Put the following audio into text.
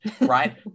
Right